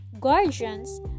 guardians